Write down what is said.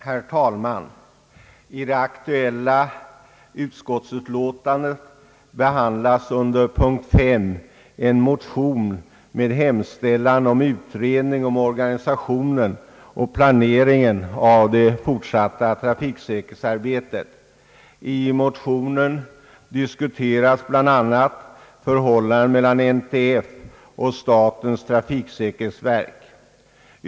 Herr talman! I det aktuella utskottsutlåtandet behandlas under punkt 5 en motion med hemställan om utredning rörande organisationen och planeringen av det fortsatta trafiksäkerhetsarbetet. I motionen diskuteras bland annat förhållandet mellan NTF och statens trafiksäkerhetsverk.